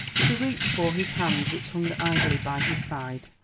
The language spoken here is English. she reached for his hand which hung idly by his side,